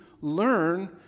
learn